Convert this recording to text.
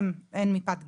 הן מפאת גילם,